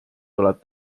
tuleb